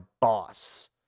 boss